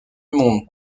monde